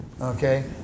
Okay